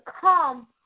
come